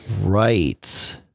right